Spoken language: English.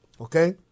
Okay